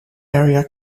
area